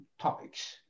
topics